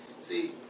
See